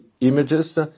images